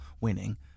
winning